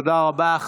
תודה רבה.